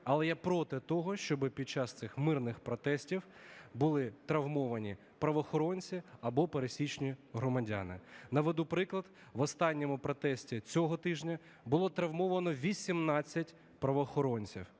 але я проти того, щоб під час цих мирних протестів були травмовані правоохоронці або пересічні громадяни. Наведу приклад: в останньому протесті цього тижня було травмовано 18 правоохоронців